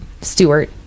stewart